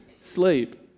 sleep